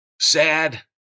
Sad